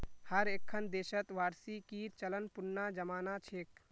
हर एक्खन देशत वार्षिकीर चलन पुनना जमाना छेक